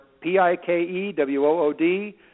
P-I-K-E-W-O-O-D